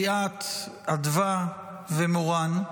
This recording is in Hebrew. ליאת, אדווה ומורן.